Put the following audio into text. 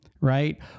right